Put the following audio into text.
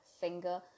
finger